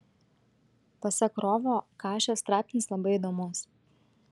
pasak rovo kašio straipsnis labai įdomus